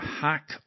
hack